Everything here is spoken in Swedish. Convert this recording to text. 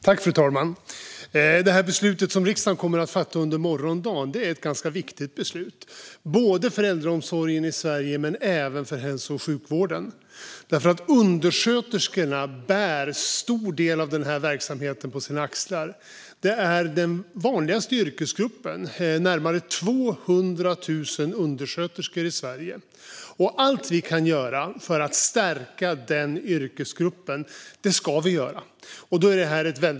Fru talman! Det här beslutet som riksdagen kommer att fatta under morgondagen är ett ganska viktigt beslut, både för äldreomsorgen i Sverige och för hälso och sjukvården. Undersköterskorna bär nämligen en stor del av den här verksamheten på sina axlar. Det är den vanligaste yrkesgruppen i Sverige med närmare 200 000 undersköterskor, och allt vi kan göra för att stärka denna yrkesgrupp ska vi göra.